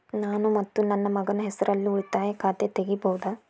ನಾನು ಮತ್ತು ನನ್ನ ಮಗನ ಹೆಸರಲ್ಲೇ ಉಳಿತಾಯ ಖಾತ ತೆಗಿಬಹುದ?